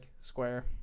Square